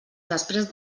després